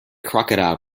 crocodile